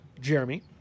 Jeremy